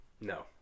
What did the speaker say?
No